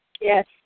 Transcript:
Yes